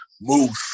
Moose